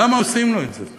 למה עושים לו את זה?